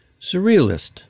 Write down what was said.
surrealist